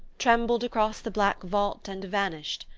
trembled across the black vault and vanished,